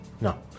No